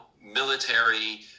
military